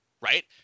right